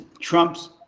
Trump's